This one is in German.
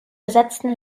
besetzten